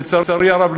לצערי הרב,